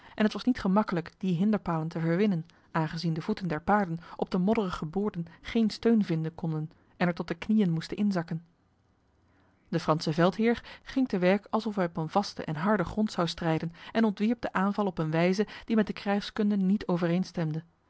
en het was niet gemakkelijk die hinderpalen te verwinnen aangezien de voeten der paarden op de modderige boorden geen steun vinden konden en er tot de knieën moesten inzakken de franse veldheer ging te werk alsof hij op een vaste en harde grond zou strijden en ontwierp de aanval op een wijze die met de krijgskunde niet